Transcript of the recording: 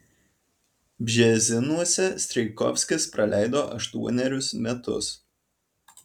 bžezinuose strijkovskis praleido aštuonerius metus